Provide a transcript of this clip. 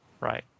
right